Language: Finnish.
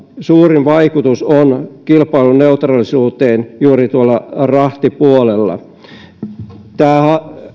suurin vaikutus kilpailuneutraalisuuteen on juuri tuolla rahtipuolella tätä